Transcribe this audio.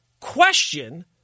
question